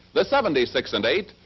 the seventy six and eight,